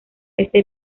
este